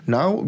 Now